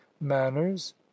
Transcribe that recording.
manners